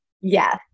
yes